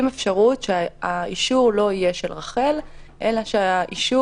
אפשרות שהאישור לא יהיה של רח"ל אלא ברשות